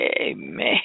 Amen